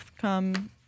Come